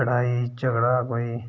लड़ाई झगड़ा कोई